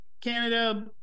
Canada